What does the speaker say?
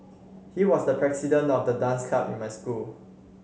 he was the president of the dance club in my school